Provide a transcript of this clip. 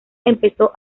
empezó